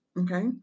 Okay